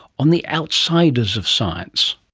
on the outsiders of science.